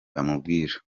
bamubwira